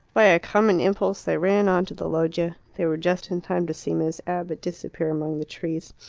by a common impulse they ran on to the loggia. they were just in time to see miss abbott disappear among the trees.